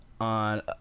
on